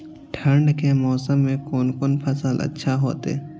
ठंड के मौसम में कोन कोन फसल अच्छा होते?